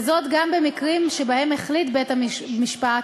וזאת גם במקרים שבהם החליט בית-המשפט